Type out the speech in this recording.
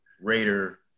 Raider